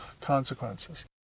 consequences